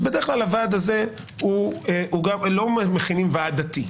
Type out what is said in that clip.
בדרך כלל לא מכינים ועד דתי.